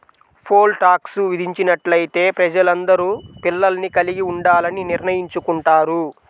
pole tax విధించినట్లయితే ప్రజలందరూ పిల్లల్ని కలిగి ఉండాలని నిర్ణయించుకుంటారు